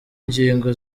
ingingo